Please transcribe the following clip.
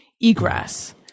egress